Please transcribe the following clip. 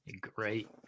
Great